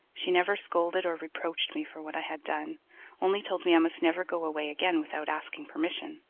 she never scolded or reproached me for what i had done only told me i must never go away again without asking permission.